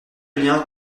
liens